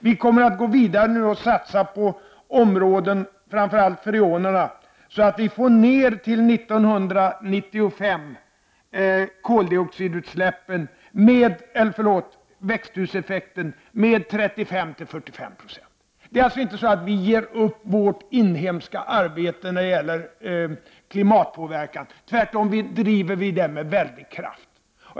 Vi kommer nu att gå vidare och satsa på flera områden, framför allt när det gäller freonerna, så att vi till 1995 får ned växthuseffekten med 35—45 96. Det är alltså inte så att vi ger upp vårt inhemska arbete när det gäller klimatpåverkan; tvärtom driver vi det med väldig kraft.